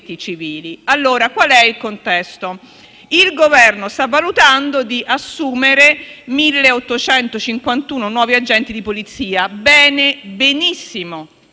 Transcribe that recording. civili. Qual è il contesto? Il Governo sta valutando di assumere 1.851 nuovi agenti di Polizia. Benissimo,